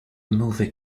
movie